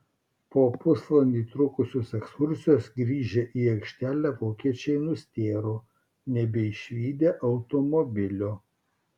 po pusvalandį trukusios ekskursijos grįžę į aikštelę vokiečiai nustėro nebeišvydę automobilio